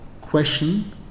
Question